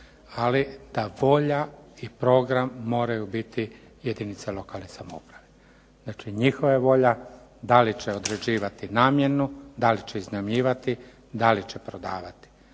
Ali ta volja i program moraju biti jedinice lokalne samouprave. Znači, njihova volja da li će određivati namjenu, da li će iznajmljivati, da li će prodavati,